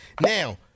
Now